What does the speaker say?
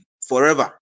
forever